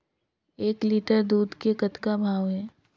एक लिटर दूध के कतका भाव हे?